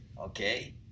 Okay